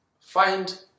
find